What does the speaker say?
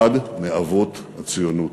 אחד מאבות הציונות.